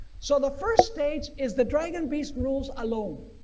so the first stage is the dragon beast rules alone.